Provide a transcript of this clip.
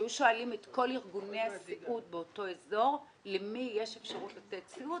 שהיו שואלים את כל ארגוני הסיעוד באותו אזור למי יש אפשרות לתת סיעוד.